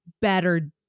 better